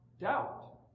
Doubt